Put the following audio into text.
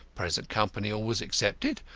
present company always excepted.